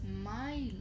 smile